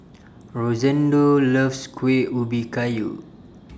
Rosendo loves Kuih Ubi Kayu